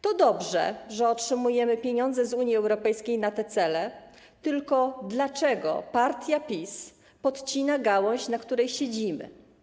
To dobrze, że otrzymujemy pieniądze z Unii Europejskiej na te cele, tylko dlaczego partia PiS podcina gałąź, na której siedzimy?